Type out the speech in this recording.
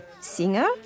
Singer